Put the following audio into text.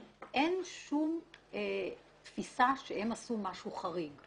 אין תפישה שהם עשו משהו חריג.